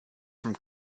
from